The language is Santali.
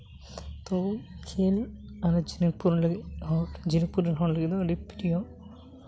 ᱛᱚ ᱠᱷᱮᱞ ᱟᱞᱮ ᱡᱷᱤᱱᱩᱠᱯᱩᱨ ᱞᱟᱹᱜᱤᱫ ᱦᱚᱲ ᱡᱷᱤᱱᱩᱠᱯᱩᱨ ᱨᱮᱱ ᱦᱚᱲ ᱞᱟᱹᱜᱤᱫ ᱫᱚ ᱟᱹᱰᱤ ᱯᱨᱤᱭᱚ